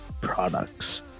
products